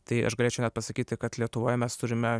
tai aš galėčiau net pasakyti kad lietuvoje mes turime